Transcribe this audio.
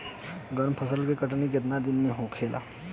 गर्मा फसल के कटनी केतना दिन में होखे?